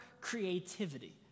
creativity